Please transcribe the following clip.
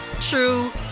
true